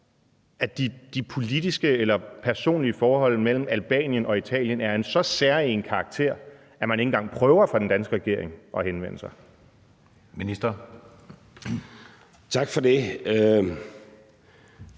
at de politiske eller personlige forhold mellem Albanien og Italien er af en så særegen karakter, at man ikke engang prøver fra den danske regerings side at henvende sig. Kl. 13:13 Anden